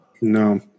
No